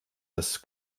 dass